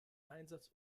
einsatz